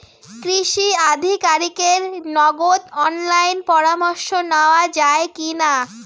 কৃষি আধিকারিকের নগদ অনলাইন পরামর্শ নেওয়া যায় কি না?